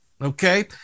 Okay